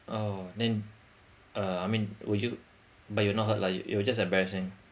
oh then uh I mean were you but you're not hurt lah you you're just embarrassing